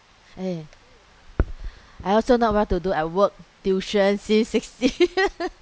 eh I also not well to do I work tuition since sixteen